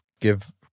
Give